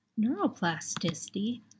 neuroplasticity